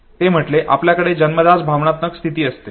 ते म्हणजे आपल्याकडे जन्मजात भावनात्मक स्थिती असते